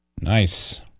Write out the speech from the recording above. Nice